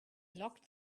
locked